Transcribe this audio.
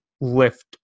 lift